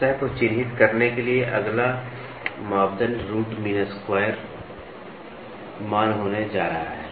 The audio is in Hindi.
सतह को चिह्नित करने के लिए अगला मापदण्ड रूट मीन स्क्वायर मान होने जा रहा है